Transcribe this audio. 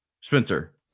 Spencer